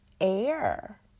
air